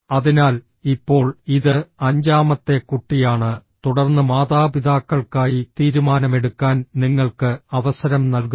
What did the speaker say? അതിനാൽ ഇപ്പോൾ ഇത് അഞ്ചാമത്തെ കുട്ടിയാണ് തുടർന്ന് മാതാപിതാക്കൾക്കായി തീരുമാനമെടുക്കാൻ നിങ്ങൾക്ക് അവസരം നൽകുന്നു